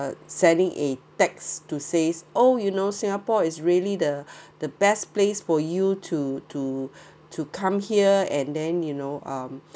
the selling a tax to says oh you know singapore is really the the best place for you to to to come here and then you know um